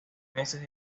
meses